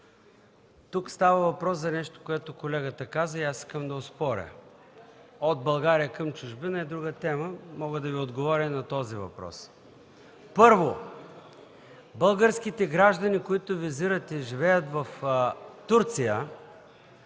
Тук става въпрос за нещо, което колегата каза и аз искам да оспоря. От България към чужбина е друга тема. Мога да Ви отговоря и на този въпрос. Първо, българските граждани, които визирате, живеят в Турция.